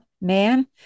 man